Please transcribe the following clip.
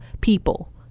people